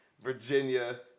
Virginia